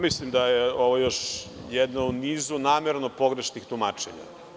Mislim da je ovo još jedno u nizu namerno pogrešnih tumačenja.